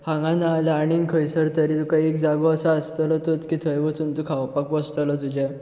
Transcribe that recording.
हांगा ना जाल्यार आनीक खंयसर तरी जागो असो आसतलो की थंय वचून तूं खावपाक बसतलो तुज्या